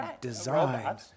designed